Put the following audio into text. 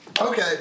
okay